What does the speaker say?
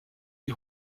die